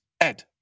Ed